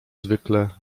zwykle